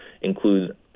include